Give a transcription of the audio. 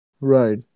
Right